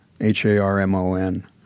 H-A-R-M-O-N